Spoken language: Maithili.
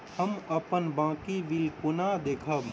हम अप्पन बाकी बिल कोना देखबै?